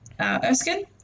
Erskine